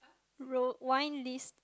rose wine list